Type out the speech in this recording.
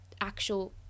actual